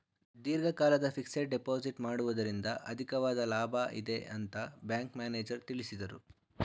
ದೀರ್ಘಕಾಲದ fixed deposit ಮಾಡುವುದರಿಂದ ಅಧಿಕವಾದ ಲಾಭ ಇದೆ ಅಂತ ಬ್ಯಾಂಕ್ ಮ್ಯಾನೇಜರ್ ತಿಳಿಸಿದರು